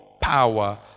power